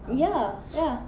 ya ya